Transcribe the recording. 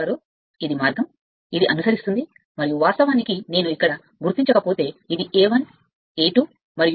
మార్గం ఇది మార్గం ఇది అనుసరిస్తుంది మరియు వాస్తవానికి నేను ఇక్కడ గుర్తించకపోతే ఇది A1 A2 మరియు ఇది